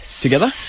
together